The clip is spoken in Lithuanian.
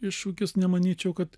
iššūkis nemanyčiau kad